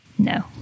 no